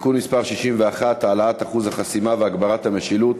(תיקון מס' 61) (העלאת אחוז החסימה והגברת המשילות),